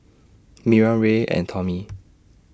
Miriam Ray and Tommie